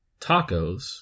tacos